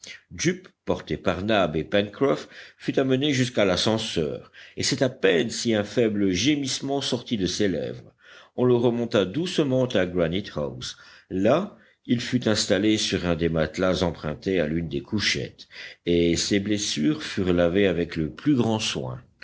jup porté par nab et pencroff fut amené jusqu'à l'ascenseur et c'est à peine si un faible gémissement sortit de ses lèvres on le remonta doucement à granite house là il fut installé sur un des matelas empruntés à l'une des couchettes et ses blessures furent lavées avec le plus grand soin